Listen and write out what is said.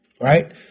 right